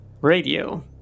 Radio